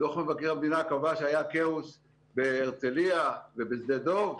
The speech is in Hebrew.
דוח מבקר המדינה קבע שהיה כאוס בהרצליה ובשדה דוב,